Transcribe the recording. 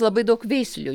labai daug veislių